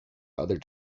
other